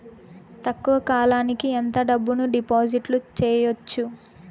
తక్కువ కాలానికి ఎంత డబ్బును డిపాజిట్లు చేయొచ్చు?